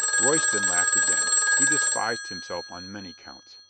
royston laughed again. he despised himself on many counts.